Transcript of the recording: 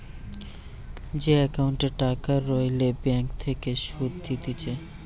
যে একাউন্টে টাকা রাখলে ব্যাঙ্ক থেকে সুধ দিতেছে